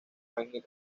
anne